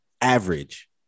average